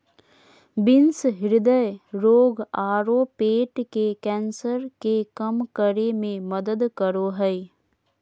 beans हृदय रोग आरो पेट के कैंसर के कम करे में मदद करो हइ